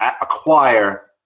acquire